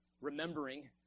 remembering